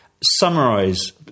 summarise